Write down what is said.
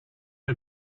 did